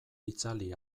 itzali